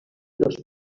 dos